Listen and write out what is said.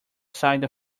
side